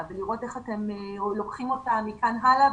ולראות איך אתם לוקחים אותה מכאן הלאה.